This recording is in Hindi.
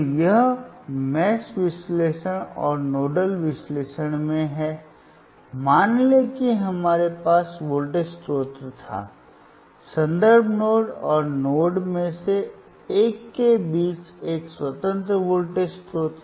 तो यह मेष विश्लेषण और नोडल विश्लेषण में है मान लें कि हमारे पास वोल्टेज स्रोत था संदर्भ नोड और नोड्स में से एक के बीच एक स्वतंत्र वोल्टेज स्रोत